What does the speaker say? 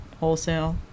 wholesale